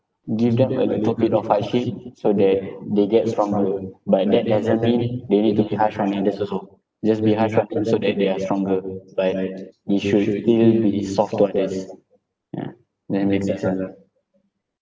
give them a little bit of hardship so that they get stronger but that doesn't mean they need to be harsh on leaders also just be harsh on them so that they are stronger like they should still be soft to others yeah then next one